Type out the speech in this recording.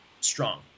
strong